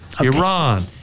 Iran